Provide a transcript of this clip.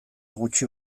gutxi